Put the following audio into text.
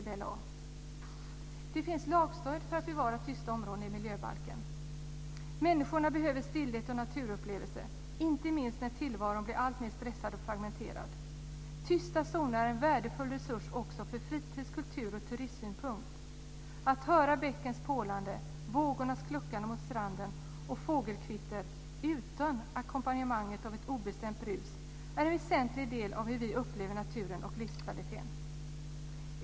Det finns i miljöbalken lagstöd för att bevara tysta områden. Människorna behöver stillhet och naturupplevelser, inte minst när tillvaron blir alltmer stressad och fragmenterad. S.k. tysta zoner är en värdefull resurs också från fritids-, kultur och turismsynpunkt. Att höra bäckens porlande, vågornas kluckande mot stranden och fågelkvitter utan ackompanjemang av ett obestämt brus är en väsentlig del av hur vi upplever naturen och livskvaliteten.